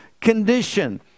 condition